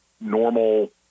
normal